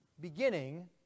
beginning